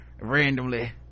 randomly